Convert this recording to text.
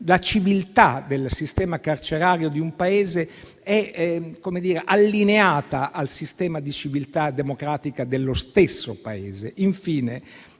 la civiltà del sistema carcerario di un Paese è allineata al suo sistema di civiltà democratica. Infine,